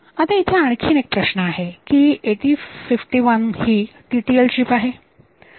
आता इथे आणखी एक प्रश्न आहे की 8051 ही TTL चीप आहे